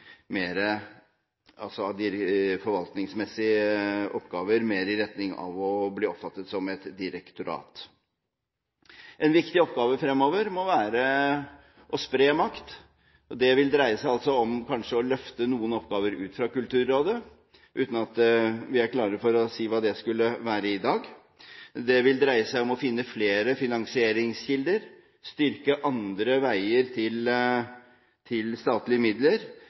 et direktorat. En viktig oppgave fremover må være å spre makt. Det vil dreie seg om kanskje å løfte noen oppgaver ut fra Kulturrådet – uten at vi er klare for å si hva det skulle være i dag. Det vil dreie seg om å finne flere finansieringskilder, styrke andre veier til statlige midler